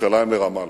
מירושלים לרמאללה.